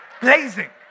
Blazing